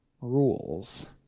rules